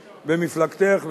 במפלגתך,